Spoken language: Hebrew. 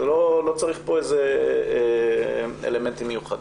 לא צריך פה איזה אלמנטים מיוחדים.